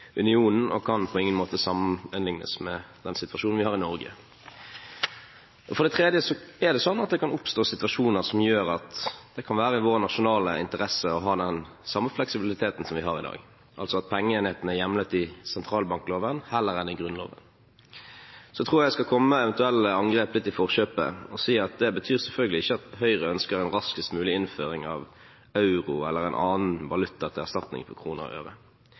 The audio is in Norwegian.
unionen, og kan på ingen måte sammenlignes med den situasjonen vi har i Norge. For det tredje er det sånn at det kan oppstå situasjoner som gjør at det kan være i vår nasjonale interesse å ha den samme fleksibiliteten som vi har i dag, altså at pengeenheten er hjemlet i sentralbankloven heller enn i Grunnloven. Så tror jeg at jeg skal komme eventuelle angrep litt i forkjøpet og si at det betyr selvfølgelig ikke at Høyre ønsker en raskest mulig innføring av euro eller en annen valuta til erstatning for kroner